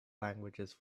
languages